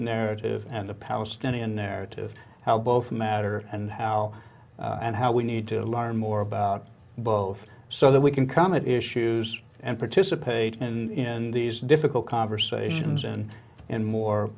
narrative and the palestinian narrative how both matter and how and how we need to learn more about both so that we can come at issues and participate in these difficult conversations and in more